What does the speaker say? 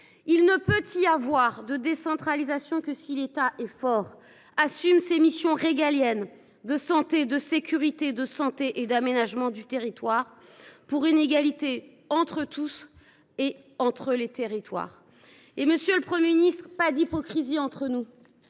Il ne peut y avoir de décentralisation que si l’État est fort et assume ses missions régaliennes de santé, de sécurité et d’aménagement du territoire, pour assurer l’égalité entre tous les citoyens et entre tous les territoires. Monsieur le Premier ministre, pas d’hypocrisie entre nous